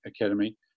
Academy